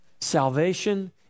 Salvation